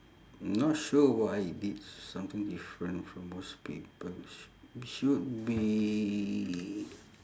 not sure what I did something different from most people sh~ should be